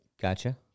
Gotcha